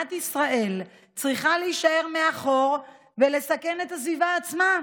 מדינת ישראל צריכה להישאר מאחור ולסכן את הסביבה עצמה?